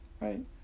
right